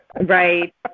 Right